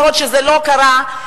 אפילו שזה לא קרה,